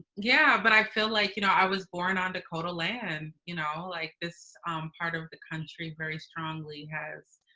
yeah. but i feel like, you know, i was born on dakota land. you know, like this part of the country very strongly has